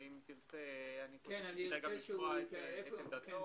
אני חושב שכדאי לשמוע את עמדתו.